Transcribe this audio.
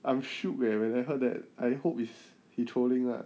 I'm shook eh when when I heard that I hope is he trolling lah